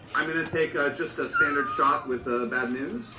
i'm going to take ah just a standard shot with ah bad news.